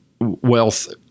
Wealth